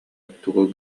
тугу